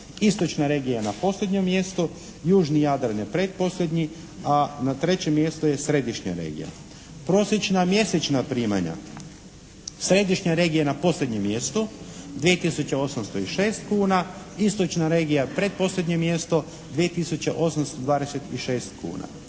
Istočna regija je ne posljednjem mjestu, južni Jadran je pretposljednji, a na trećem mjestu je središnja regija. Prosječna mjesečna primanja. Središnja regija je na posljednjem mjestu 2806 kuna, istočna regija pretposljednje mjesto 2826 kuna.